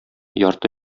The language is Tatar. ярты